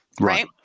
right